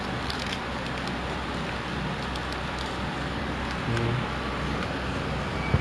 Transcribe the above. it was like quite short lah quite sad but it's okay we still managed to ride a lot of ride